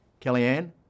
Kellyanne